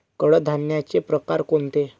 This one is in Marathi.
कडधान्याचे प्रकार कोणते?